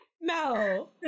No